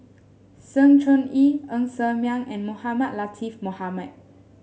Sng Choon Yee Ng Ser Miang and Mohamed Latiff Mohamed